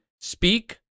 speak